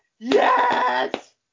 Yes